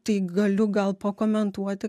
tai galiu gal pakomentuoti